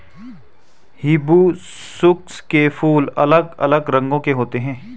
hibiscus के फूल अलग अलग रंगो के होते है